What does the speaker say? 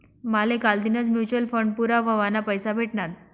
माले कालदीनच mutual fund पूरा व्हवाना पैसा भेटनात